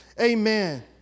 Amen